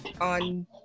on